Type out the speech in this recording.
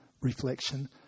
reflection